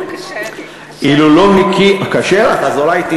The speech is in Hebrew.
זה קשה לי, קשה לי.